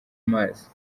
amazi